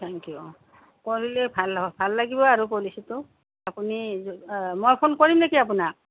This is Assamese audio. থেংক ইউ কৰিলে ভাল ভাল লাগিব আৰু পলিচিটো আপুনি মই ফোন কৰিম নেকি আপোনাক